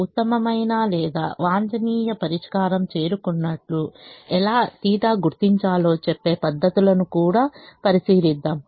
ఉత్తమమైన లేదా వాంఛనీయ పరిష్కారం చేరుకున్నట్లు ఎలా θ గుర్తించాలో చెప్పే పద్ధతులను కూడా పరిశీలిద్దాము